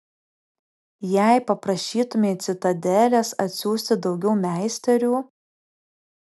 jei paprašytumei citadelės atsiųsti daugiau meisterių